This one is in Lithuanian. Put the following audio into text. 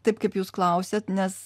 taip kaip jūs klausiat nes